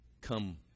come